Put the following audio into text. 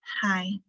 Hi